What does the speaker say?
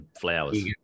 flowers